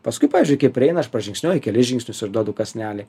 paskui pavyzdžiui kai prieina aš pražingsniuoju kelis žingsnius ir duodu kąsnelį